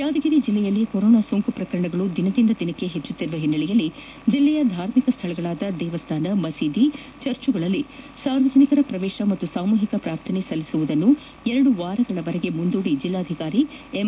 ಯಾದಗಿರಿ ಜಲ್ಲೆಯಲ್ಲಿ ಕೊರೊನಾ ಸೋಂಕು ಪ್ರಕರಣಗಳು ದಿನದಿಂದ ದಿನಕ್ಕೆ ಹೆಚ್ಚುತ್ತಿರುವ ಹಿನ್ನೆಲೆಯಲ್ಲಿ ಜಲ್ಲೆಯ ಧಾರ್ಮಿಕ ಸ್ಥಳಗಳಾದ ದೇವಸ್ಥಾನ ಮಸೀದಿ ಚರ್ಚ್ಗಳಲ್ಲಿ ಸಾರ್ವಜನಿಕರ ಪ್ರವೇತ ಹಾಗೂ ಸಾಮೂಹಿಕ ಪ್ರಾರ್ಥನೆ ಸಲ್ಲಿಸುವುದನ್ನು ಎರಡು ವಾರಗಳವರೆಗೆ ಮುಂದೂಡಿ ಜಿಲ್ಲಾಧಿಕಾರಿ ಎಂ